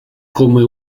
come